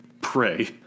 pray